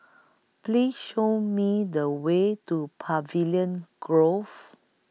Please Show Me The Way to Pavilion Grove